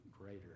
greater